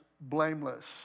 blameless